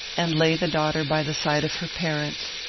and lay the daughter by the side of her parent.